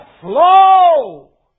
flow